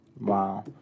Wow